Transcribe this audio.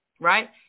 right